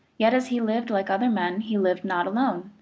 yet as he lived like other men he lived not alone.